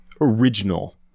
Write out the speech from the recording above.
original